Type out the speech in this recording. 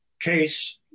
case